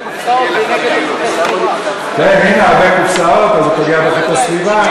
יותר מדי קופסאות, זה נגד איכות הסביבה.